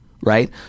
Right